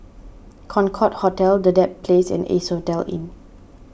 Concorde Hotel the Dedap Place and Asphodel Inn